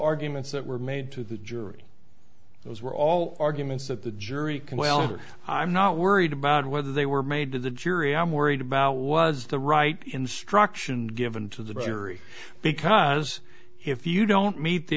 arguments that were made to the jury those were all arguments that the jury can well i'm not worried about whether they were made to the jury i'm worried about was the right instruction given to the jury because if you don't meet the